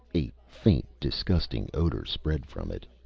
a faint, disgusting odor spread from it.